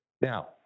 Now